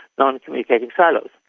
non-communicating silos.